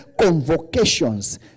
convocations